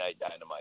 Dynamite